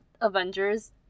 Avengers